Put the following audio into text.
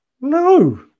no